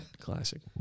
Classic